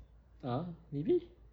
a'ah maybe